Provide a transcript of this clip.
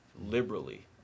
liberally